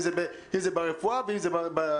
אם זה ברפואה ואם זה בנזקקים.